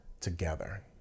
together